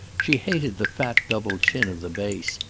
she hated the fat double chin of the bass.